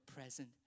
present